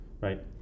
right